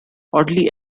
oddly